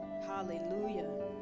Hallelujah